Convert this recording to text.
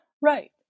Right